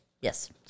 Yes